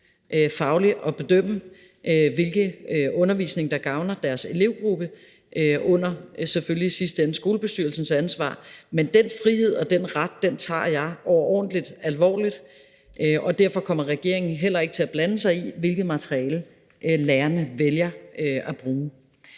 fagligt at bedømme, hvilken undervisning der gavner deres elevgruppe, selvfølgelig i sidste ende under skolebestyrelsernes ansvar, men den frihed og den ret tager jeg overordentlig alvorligt, og derfor kommer regeringen heller ikke til at blande sig i, hvilket materiale lærerne vælger at bruge.